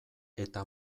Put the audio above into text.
eta